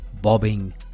bobbing